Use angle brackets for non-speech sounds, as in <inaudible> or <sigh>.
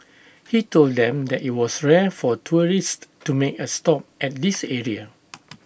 he told them that IT was rare for tourists to make A stop at this area <noise>